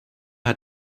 hat